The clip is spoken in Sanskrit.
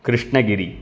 कृष्णगिरि